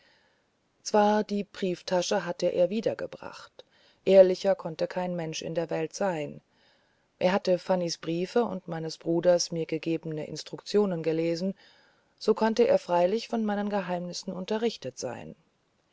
zwar die brieftasche hatte er wieder gebracht ehrlicher konnte kein mensch in der welt sein er hatte fanny's briefe und meines bruders mir gegebene instruktion gelesen so konnte er freilich von meinen geheimnissen unterrichtet sein